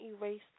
erase